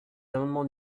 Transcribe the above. amendements